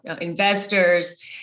investors